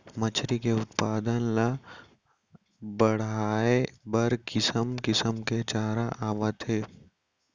मछरी के उत्पादन ल बड़हाए बर किसम किसम के चारा आवत हे